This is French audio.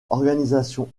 organisation